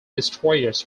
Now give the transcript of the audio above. destroyers